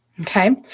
Okay